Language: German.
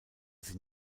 sie